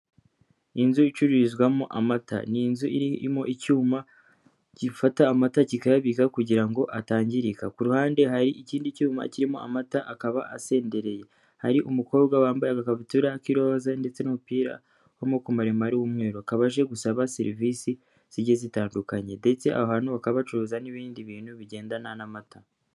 Inzu icururizwamo amata n'inzu irimo icyuma gifata amata kikayabika kugira ngo atangirika ku ruhande hari ikindi cyuma kirimo amata akaba asendereye, hari umukobwa wambaye akakabutura kiiroza ndetse n'umupira w'amako maremare y'umweru kaba aje gusaba serivisi zigiye zitandukanye ndetse abantu bakaba bacuruza n'ibindi bintu bigendana n'amata.